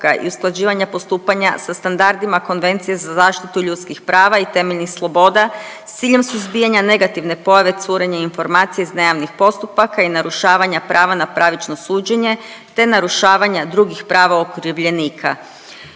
i usklađivanja postupanja sa standardima Konvencije za zaštitu ljudskih prava i temeljnih sloboda s ciljem suzbijanja negativne pojave curenje informacija iz najamnih postupaka i narušavanja prava na pravično suđenje, te narušavanja drugih prava okrivljenika.